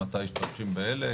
מתי משתמשים באלה,